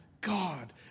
God